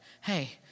hey